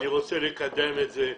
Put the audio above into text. אני רוצה לקדם את זה.